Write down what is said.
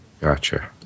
Gotcha